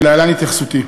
ולהלן התייחסותי: